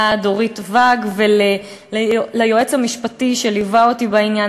דורית ואג וליועץ המשפטי שליווה אותי בעניין,